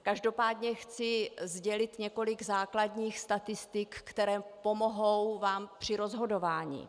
Každopádně chci sdělit několik základních statistik, které vám pomohou při rozhodování.